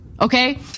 Okay